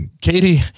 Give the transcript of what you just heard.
Katie